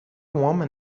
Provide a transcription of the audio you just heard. woman